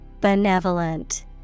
Benevolent